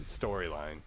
Storyline